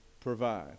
provide